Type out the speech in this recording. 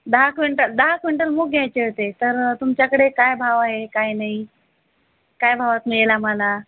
दहा क्विंटल दहा क्विंटल मूग घ्यायचे होते तर तुमच्याकडे काय भाव आहे काय नाही काय भावात मिळेल आम्हाला